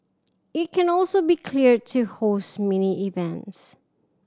it can also be cleared to host mini events